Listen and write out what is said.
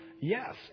Yes